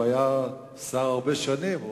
הוא היה שר הרבה שנים,